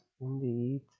indeed